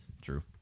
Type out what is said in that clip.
True